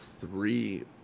three